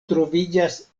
troviĝas